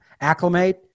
acclimate